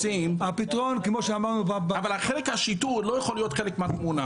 אבל השיטור לא יכול להיות חלק מהתמונה.